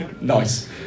Nice